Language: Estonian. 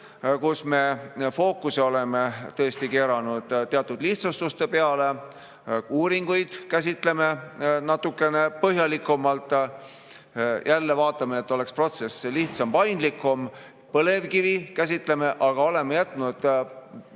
kus me fookuse oleme tõesti keeranud teatud lihtsustuste peale. Uuringuid käsitleme natukene põhjalikumalt. Jälle vaatame, et protsess oleks lihtsam ja paindlikum. Põlevkivi me käsitleme, aga oleme jätnud